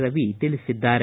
ರವಿ ತಿಳಿಸಿದ್ದಾರೆ